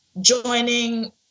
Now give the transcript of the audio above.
joining